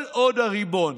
"כל עוד הריבון